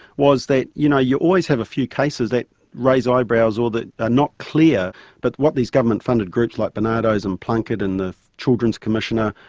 was that you know you always have a few cases that raise eyebrows or that are not clear but what these government funded groups like barnardo's and plunkett and the children's commissioner,